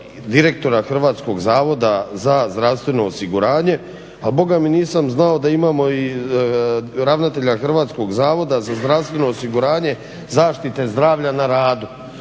direktora Hrvatskog zavoda za zdravstveno osgiuranje, a bogami nisam znao da imamo i ravnatelja Hrvatskog zavoda za zdravstvenog osiguranje zaštite zdravlja na radu